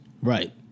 Right